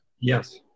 Yes